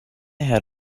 had